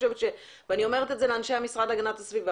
ואני אומרת את זה לאנשי המשרד להגנת הסביבה